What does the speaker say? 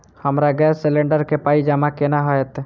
हमरा gas cylinder केँ पाई जमा केना हएत?